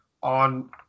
on